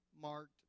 marked